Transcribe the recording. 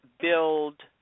build